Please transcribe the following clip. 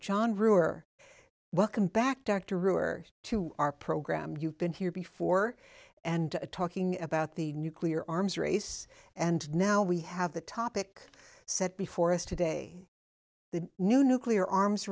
john brewer welcome back dr brewer to our program you've been here before and talking about the nuclear arms race and now we have the topic set before us today the new nuclear arms